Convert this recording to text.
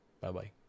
Bye-bye